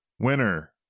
Winner